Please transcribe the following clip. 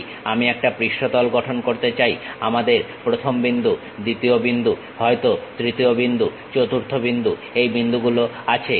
যদি আমি একটা পৃষ্ঠতল গঠন করতে চাই আমাদের প্রথম বিন্দু দ্বিতীয় বিন্দু হয়তো তৃতীয় বিন্দু চতুর্থ বিন্দু এই বিন্দুগুলো আছে